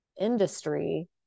industry